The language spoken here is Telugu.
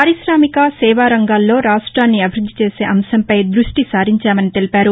పారిశామిక సేవా రంగాలలో రాష్టాన్ని అభివృద్ది చేసే అంశంపై దృష్టి సారించామని తెలపారు